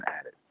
added